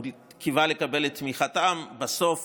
הוא קיווה לקבל את תמיכתם, ובסוף